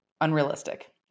unrealistic